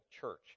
church